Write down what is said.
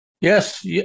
Yes